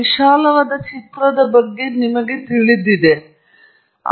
ವಿಶಾಲವಾದ ಚಿತ್ರದ ಬಗ್ಗೆ ನಿಮಗೆ ತಿಳಿದಿರುತ್ತದೆ